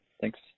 Thanks